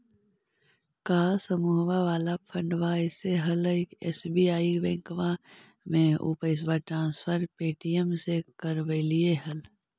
का समुहवा वाला फंडवा ऐले हल एस.बी.आई बैंकवा मे ऊ पैसवा ट्रांसफर पे.टी.एम से करवैलीऐ हल?